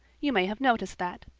you may have noticed that.